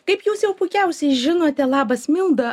kaip jūs jau puikiausiai žinote labas milda